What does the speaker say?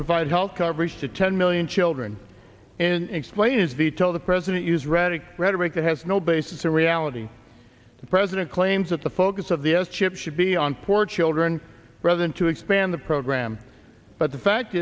provide health coverage to ten million children in explain his veto the president use rhetoric rhetoric that has no basis in reality the president claims that the focus of the s chip should be on poor children rather than to expand the program but the fact